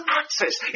access